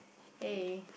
hey